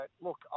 Look